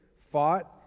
fought